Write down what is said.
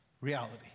reality